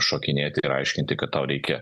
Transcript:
šokinėti ir aiškinti kad tau reikia